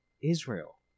Israel